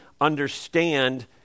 understand